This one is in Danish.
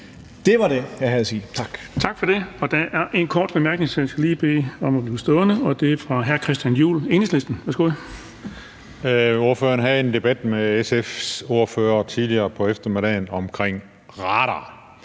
Det var det, jeg havde at sige. Tak.